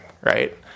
right